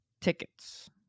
tickets